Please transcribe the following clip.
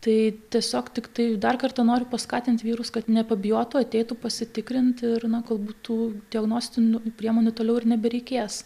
tai tiesiog tiktai dar kartą noriu paskatinti vyrus kad nepabijotų ateitų pasitikrint ir na galbūt tų diagnostinių priemonių toliau ir nebereikės